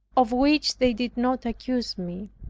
of which they did not accuse me.